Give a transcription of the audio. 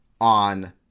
on